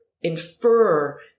infer